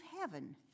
heaven